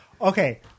Okay